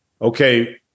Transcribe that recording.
Okay